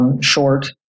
short